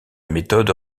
méthode